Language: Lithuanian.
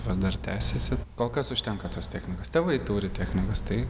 vis dar tęsiasi kol kas užtenka tos technikos tėvai turi technikos tai